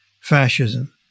fascism